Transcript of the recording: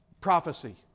prophecy